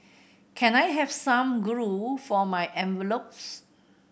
can I have some glue for my envelopes